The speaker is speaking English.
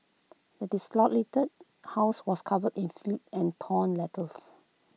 the house was covered in filth and torn letters